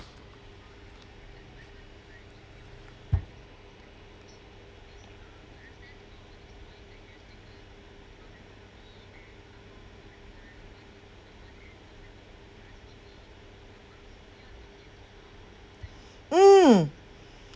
mm